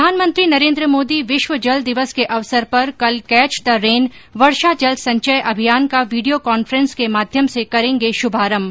प्रधानमंत्री नरेन्द्र मोदी विश्व जल दिवस के अवसर पर कल कैच द रेन वर्षा जल संचय अभियान का वीडियो कांफ्रेंस के माध्यम से करेंगे शुभारंभ